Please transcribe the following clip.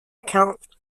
account